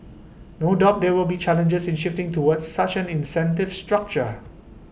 no doubt there will be challenges in shifting towards such an incentive structure